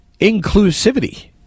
inclusivity